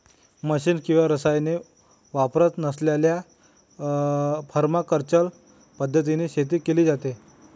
machine किंवा रसायने वापरत नसलेल्या परमाकल्चर पद्धतीने शेती केली जाते